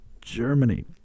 Germany